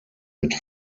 mit